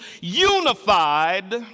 unified